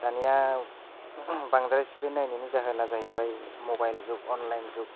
दानिया बांद्राय स्क्रिन नायनायनि जाहोना जाहैबाय मबाइल जुग अनलाइन जुग